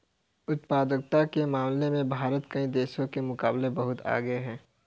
उत्पादकता के मामले में भारत कई देशों के मुकाबले बहुत आगे है